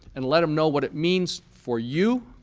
and let them know what it means for you,